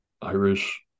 irish